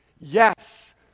Yes